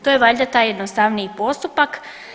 To je valjda taj jednostavniji postupak.